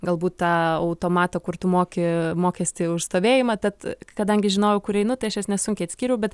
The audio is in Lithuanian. galbūt tą automatą kur tu moki mokestį už stovėjimą tad kadangi žinojau kur einu tai aš jas nesunkiai atskyriau bet